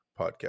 podcast